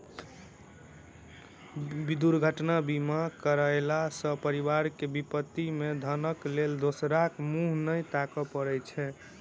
दुर्घटना बीमा करयला सॅ परिवार के विपत्ति मे धनक लेल दोसराक मुँह नै ताकय पड़ैत छै